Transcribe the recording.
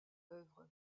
œuvre